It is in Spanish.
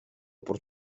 por